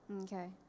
Okay